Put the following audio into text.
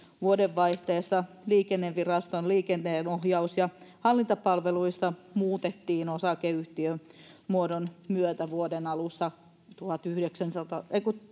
vuodenvaihteessa liikenneviraston liikenteenohjaus ja hallintapalveluissa muutettiin osakeyhtiömuodon myötä vuoden alussa tuhatyhdeksänsataa